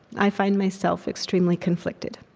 i find myself extremely conflicted,